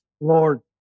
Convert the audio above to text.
Lord